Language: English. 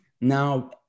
now